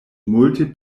multe